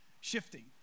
shifting